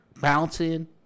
bouncing